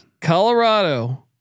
Colorado